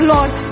Lord